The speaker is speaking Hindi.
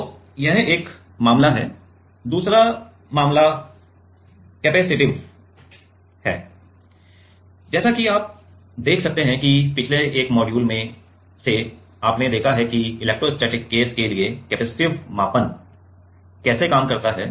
तो यह एक मामला है दूसरा मामला कैपेसिटिव है जैसा कि आप देख सकते हैं कि पिछले एक मॉड्यूल में से आपने देखा है कि इलेक्ट्रोस्टैटिक केस के लिए कैपेसिटिव मापन कैसे काम करता है